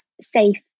safe